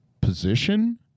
position